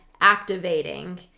activating